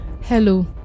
Hello